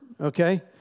okay